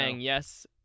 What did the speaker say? yes